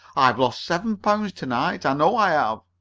i've lost seven pounds to-night, i know i have.